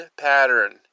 pattern